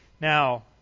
Now